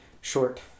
short